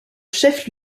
chef